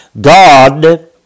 God